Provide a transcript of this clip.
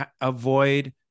avoid